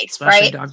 Right